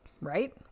right